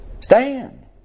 Stand